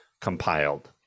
compiled